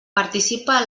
participa